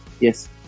Yes